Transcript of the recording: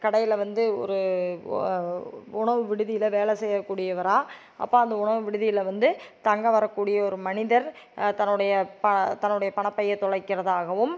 கடையில் வந்து ஒரு உணவு விடுதியில் வேலை செய்யக்கூடியவரா அப்போ அந்த உணவு விடுதியில் வந்து தங்க வரக்கூடிய ஒரு மனிதர் தன்னோடைய ப தன்னோடைய பணப்பைய தொலைக்கிறதாகவும்